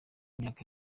imyaka